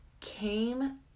came